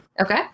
Okay